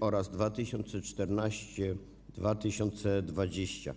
oraz 2014-2020.